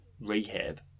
rehab